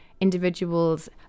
individuals